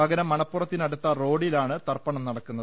പകരം മണപ്പുറത്തിനടുത്ത റോഡി ലാണ് തർപ്പണം നടക്കുന്നത്